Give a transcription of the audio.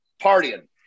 partying